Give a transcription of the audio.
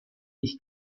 ich